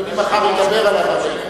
מחר אדוני ידבר על הדו-שנתי.